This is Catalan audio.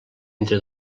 entre